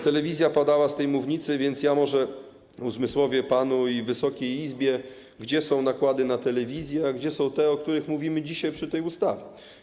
Telewizja padała z tej mównicy, więc ja może uzmysłowię panu i Wysokiej Izbie, gdzie są nakłady na telewizję, a gdzie są te, o których mówimy dzisiaj, przy tej ustawie.